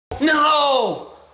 No